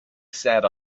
sat